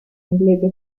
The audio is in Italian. inglese